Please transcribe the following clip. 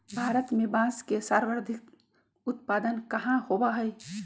भारत में बांस के सर्वाधिक उत्पादन कहाँ होबा हई?